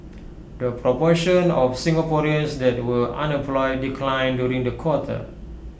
the proportion of Singaporeans that were unemployed declined during the quarter